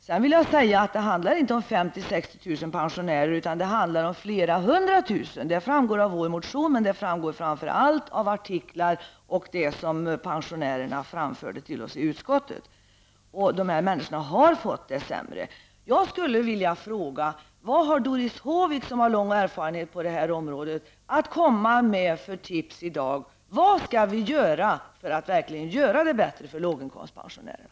Sedan vill jag säga att det inte handlar om 50 000--60 000 pensionärer, utan det handlar om flera hundra tusen. Det framgår av våra motioner, och det framgår framför allt av olika tidningsartiklar och det som pensionärerna framförde till oss i utskottet. Dessa människor har fått det sämre. Jag skulle vilja fråga: Vad har Doris Håvik, som har erfarenhet på det här området, för tips att komma med i dag? Vad skall vi göra för att verkligen göra det bättre för låginkomstpensionärerna?